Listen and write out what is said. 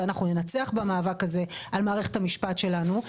ואנחנו ננצח במאבק הזה על מערכת המשפט שלנו,